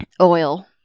Oil